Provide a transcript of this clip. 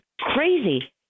crazy